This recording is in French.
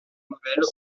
nouvelles